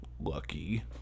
Lucky